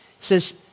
says